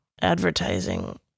advertising